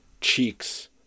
cheeks